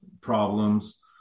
problems